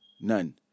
None